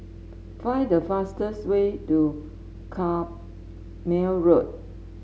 find the fastest way to Carpmael Road